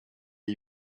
est